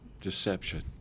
deception